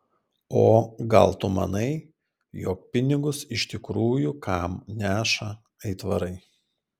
o gal tu manai jog pinigus iš tikrųjų kam neša aitvarai